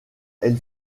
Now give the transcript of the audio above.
elle